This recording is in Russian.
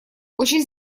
очень